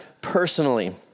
personally